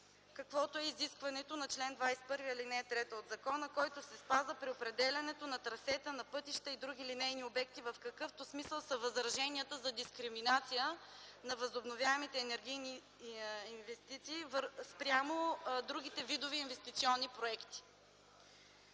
каквото е изискването на чл. 21, ал. 3 от закона, който се спазва при определянето на трасета на пътища и други линейни обекти, в какъвто смисъл са възраженията за дискриминация на възобновяемите енергийни инвестиции спрямо другите видове инвестиционни проекти.